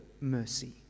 mercy